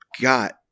got